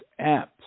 apps